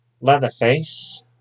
Leatherface